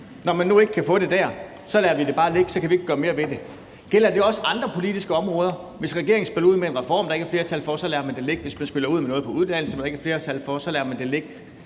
når man nu ikke kan få det til at ligge dér, så lader vi det bare ligge; så kan vi ikke gøre mere ved det. Gælder det også andre politiske områder: Hvis regeringen spiller ud med en reform, der ikke er flertal for, så lader man det ligge? Hvis man spiller ud med noget på uddannelse, som der ikke er flertal for, så lader man det ligge,